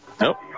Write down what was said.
nope